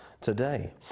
today